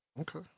Okay